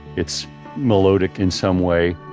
it's melodic in some way